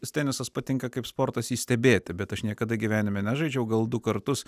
tas tenisas patinka kaip sportas jį stebėti bet aš niekada gyvenime nežaidžiau gal du kartus